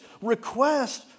request